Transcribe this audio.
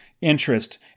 interest